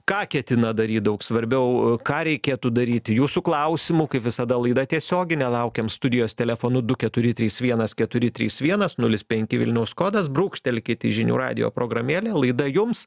ką ketina daryt daug svarbiau ką reikėtų daryti jūsų klausimų kaip visada laida tiesioginė laukiam studijos telefonu du keturi trys vienas keturi trys vienas nulis penki vilniaus kodas brūkštelkit į žinių radijo programėlę laida jums